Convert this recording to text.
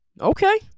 Okay